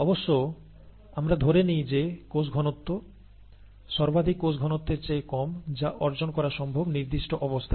অবশ্য আমরা ধরে নিই যে কোষ ঘনত্ব সর্বাধিক কোষঘনত্বের চেয়ে কম যা অর্জন করা সম্ভব নির্দিষ্ট অবস্থায়